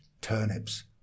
turnips